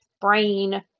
brain